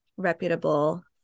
reputable